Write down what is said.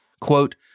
quote